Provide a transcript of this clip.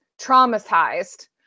traumatized